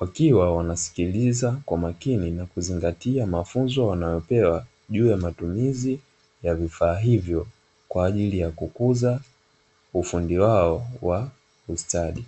wakiwa wanasikiliza kwa makini na kuzingatia mafunzo wanaopewa juu ya matumizi ya vifaa hivyo kwa ajili ya kukuza ufundi wao wa ustadi.